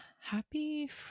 happy